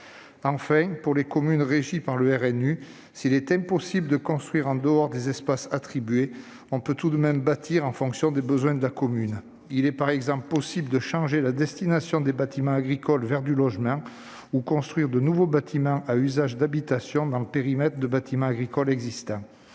Enfin, dans les communes régies par le RNU, si on ne peut pas construire en dehors des espaces attribués, on peut tout à fait bâtir en fonction des besoins de la commune. Il est par exemple possible de changer la destination des bâtiments agricoles pour en faire du logement ou de construire de nouveaux bâtiments à usage d'habitation dans le périmètre de bâtiments agricoles existants.